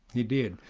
he did.